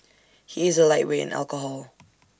he is A lightweight in alcohol